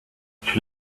she